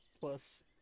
Plus